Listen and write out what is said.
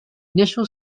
initial